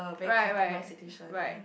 right right right